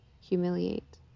humiliate